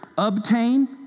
obtain